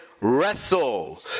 wrestle